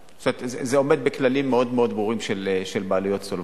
זה עומד בכללים מאוד ברורים של בעלויות צולבות.